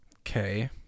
Okay